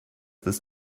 this